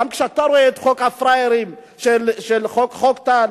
גם כשאתה רואה את חוק הפראיירים של חוק טל,